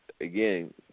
Again